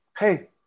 hey